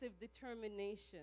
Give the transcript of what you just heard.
determination